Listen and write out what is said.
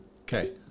Okay